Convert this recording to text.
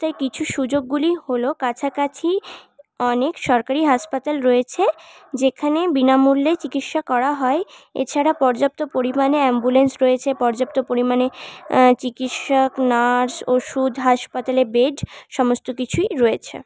কিছু সুযোগগুলি হলো কাছাকাছি অনেক সরকারি হাসপাতাল রয়েছে যেখানে বিনামূল্যে চিকিৎসা করা হয় এছাড়া পর্যাপ্ত পরিমাণে অ্যাম্বুলেন্স রয়েছে পর্যাপ্ত পরিমাণে চিকিৎসক নার্স ওষুধ হাসপাতালে বেড সমস্ত কিছুই রয়েছে